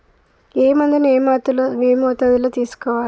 ఏ మందును ఏ మోతాదులో తీసుకోవాలి?